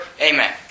Amen